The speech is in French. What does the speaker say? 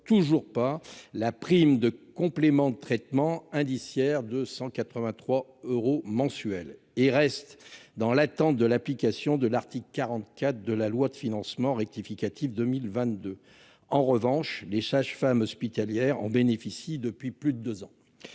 toujours pas la prime de complément de traitement indiciaire de 183 euros mensuels, et restent dans l'attente de l'application de l'article 44 de la loi de finances rectificative pour 2022. En revanche, les sages-femmes hospitalières en bénéficient depuis plus de deux ans